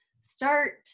start